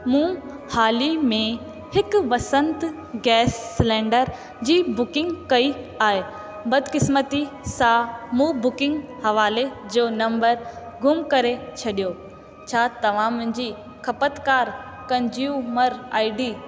मूं हाल ई में हिकु वसंत गैस सिलेंडर जी बुकिंग कई आहे बदक़िस्मती सां मूं बुकिंग हवाले जो नंबर गुम करे छॾियो छा तव्हां मुंहिंजी खपतकार कंज्यूमर आई डी